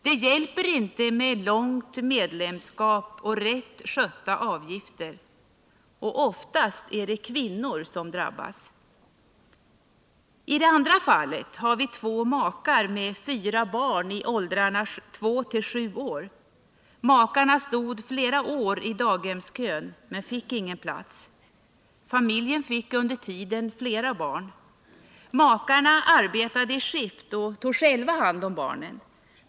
Det hjälper inte med medlemskap under lång tid och rätt skötta avgifter. Och oftast är det kvinnor som drabbas. I det andra fallet har vi två makar med fyra barn i åldrarna 2-7 år. Makarna stod flera år i daghemskön, men fick ingen plats. Familjen fick under tiden flera barn. Makarna arbetade i skift och tog själva hand om barnen.